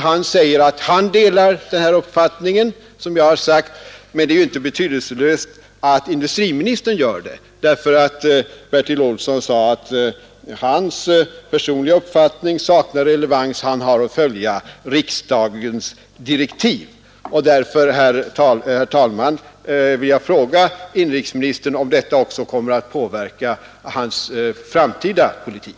Han säger att han delar denna uppfattning som jag har framfört, men det är ju inte betydelselöst att industriministern gör det. Bertil Olsson sade nämligen att hans personliga uppfattning saknar relevans; han har att följa riksdagens direktiv. Därför, herr talman, vill jag fråga inrikesministern om detta också kommer att påverka hans framtida politik.